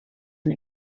and